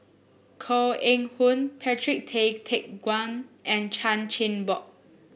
Koh Eng Hoon Patrick Tay Teck Guan and Chan Chin Bock